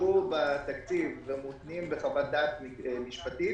שאושרו בתקציב ומותנים בחוות דעת משפטית,